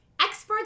experts